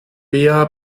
bea